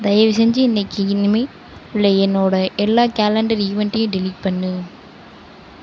தயவுசெஞ்சு இன்றைக்கி இனிமே உள்ள என்னோடய எல்லா கேலண்டர் ஈவெண்டையும் டெலிட் பண்ணு